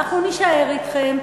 ואנחנו נישאר אתכם,